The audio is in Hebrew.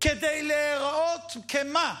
כדי להיראות כְּמה?